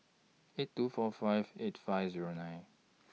eight two four five eight five Zero nine